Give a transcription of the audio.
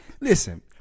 listen